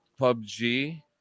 PUBG